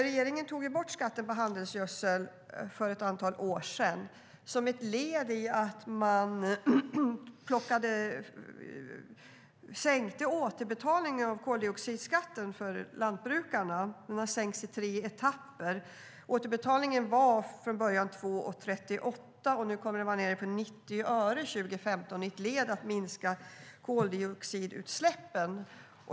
Regeringen tog bort skatten på handelsgödsel för ett antal år sedan som ett led i att man minskade återbetalningen av koldioxidskatten för lantbrukarna. Det har gjorts i tre etapper. Återbetalningen var från början 2:38 och kommer nu att vara 90 öre 2015 i ett led att minska koldioxidutsläppen.